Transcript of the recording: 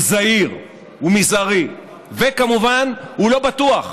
הוא זעיר, וכמובן, הוא לא בטוח,